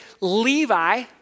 Levi